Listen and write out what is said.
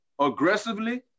aggressively